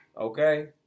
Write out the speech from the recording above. Okay